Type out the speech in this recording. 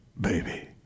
baby